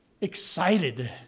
excited